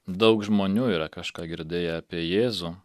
daug žmonių yra kažką girdėję apie jėzų